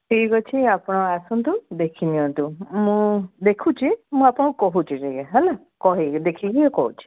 ଠିକ୍ ଅଛି ଆପଣ ଆସନ୍ତୁ ଦେଖି ନିିଅନ୍ତୁ ମୁଁ ଦେଖୁଛି ମୁଁ ଆପଣଙ୍କୁ କହୁଛି ଟିକେ ହେଲା କି ଦେଖିକି କହୁଛି